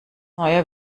neue